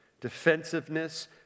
defensiveness